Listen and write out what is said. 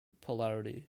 polarity